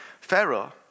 Pharaoh